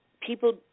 people